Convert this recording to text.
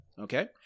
Okay